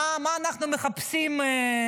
מה אנחנו מחפשים?